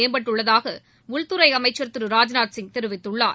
மேம்பட்டுள்ளதாக உள்துறை அமைச்சர் திரு ராஜ்நாத் சிங் தெரிவித்துள்ளார்